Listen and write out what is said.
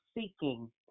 seeking